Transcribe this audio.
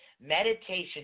meditation